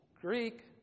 Greek